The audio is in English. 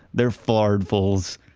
their fardals.